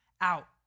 out